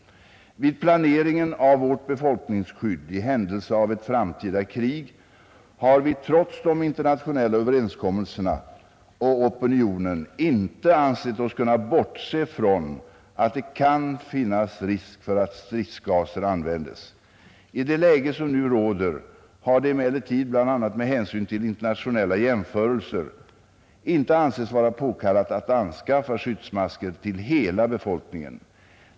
Vid planeringen av vårt befolkningsskydd i händelse av ett framtida krig har vi trots de internationella överenskommelserna och opinionen inte ansett oss kunna bortse från att det kan finnas risk för att stridsgaser användes. I det läge som nu råder har det emellertid, bl.a. med hänsyn till internationella jämförelser, inte ansetts vara påkallat att anskaffa skyddsmasker till hela befolkningen.